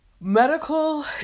medical